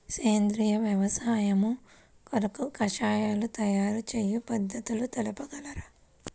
సేంద్రియ వ్యవసాయము కొరకు కషాయాల తయారు చేయు పద్ధతులు తెలుపగలరు?